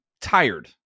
tired